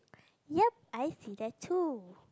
yup I see that too